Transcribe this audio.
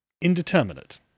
Indeterminate